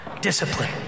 Discipline